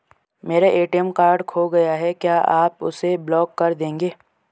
मेरा ATM card खो गया है क्या आप उसे ब्लॉक कर देंगे?